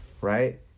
right